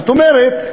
זאת אומרת,